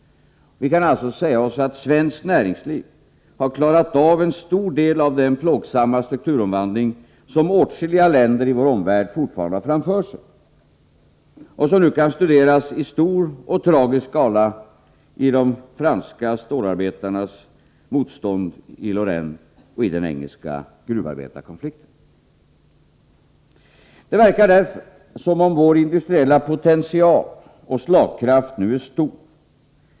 Vi kan alltså säga att svenskt näringsliv har klarat av en stor del av den plågsamma strukturomvandling som åtskilliga länder i vår omvärld fortfarande har framför sig och som kan studeras i stor och tragisk skala i de franska stålarbetarnas motstånd i Lorraine och i den engelska gruvarbetarkonflikten. Det verkar därför som om vår industriella potential och slagkraft nu är stor.